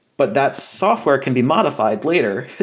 but that software can be modified later.